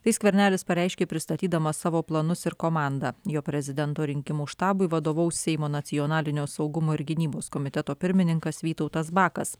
tai skvernelis pareiškė pristatydamas savo planus ir komandą jo prezidento rinkimų štabui vadovaus seimo nacionalinio saugumo ir gynybos komiteto pirmininkas vytautas bakas